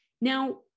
Now